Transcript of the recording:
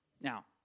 Now